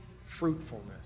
Fruitfulness